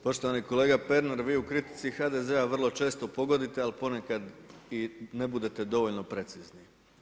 Poštovani kolega Pernar, vi u kritici HDZ-a vrlo često pogodite ali ponekad i ne budete dovoljno precizni.